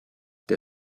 der